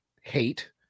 hate